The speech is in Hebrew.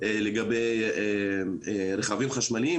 לגבי רכבים חשמליים.